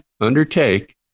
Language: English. undertake